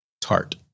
tart